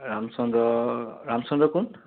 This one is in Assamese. ৰামচন্দ্ৰ ৰামচন্দ্ৰ কোন